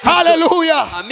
Hallelujah